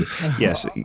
yes